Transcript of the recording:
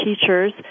teachers